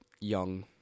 young